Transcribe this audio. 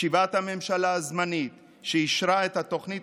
ישיבת הממשלה הזמנית שאישרה את התוכנית